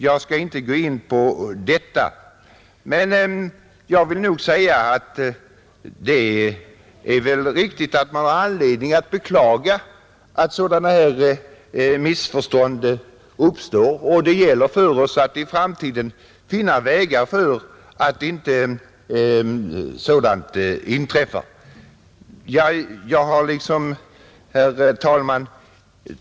Jag skall inte nu gå närmare in på den saken utan vill bara säga att man har anledning att beklaga att sådana missförstånd uppstår, och att det gäller för oss att i framtiden finna vägar för att undvika det. Herr talman!